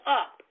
up